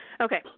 Okay